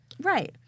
Right